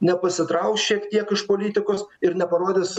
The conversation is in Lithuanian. nepasitrauks šiek tiek iš politikos ir neparodys